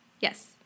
Yes